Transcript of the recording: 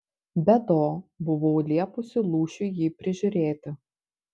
be to buvau liepusi lūšiui jį prižiūrėti